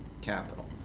capital